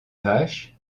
vaches